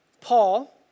Paul